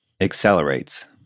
accelerates